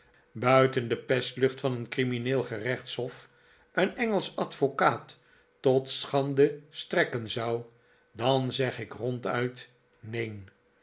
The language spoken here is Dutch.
buiten de pestlucht van een crimineel gerechtshof een engelsch advocaat tot schande strekken zou dan zeg ik ronduit neen